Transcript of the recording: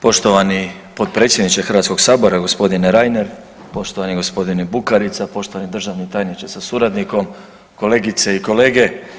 Poštovani potpredsjedniče Hrvatskoga sabora gospodine Reiner, poštovani gospodine Bukarica, poštovani državni tajniče sa suradnikom, kolegice i kolege.